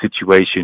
situation